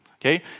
okay